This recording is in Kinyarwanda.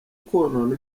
konona